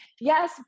yes